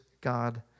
God